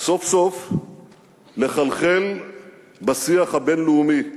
סוף סוף לחלחל בשיח הבין-לאומי,